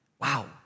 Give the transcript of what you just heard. wow